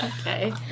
Okay